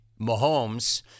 Mahomes